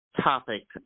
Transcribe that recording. topic